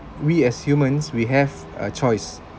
we as humans we have a choice